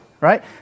right